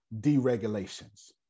deregulations